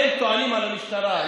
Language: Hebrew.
הם טוענים על המשטרה.